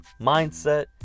mindset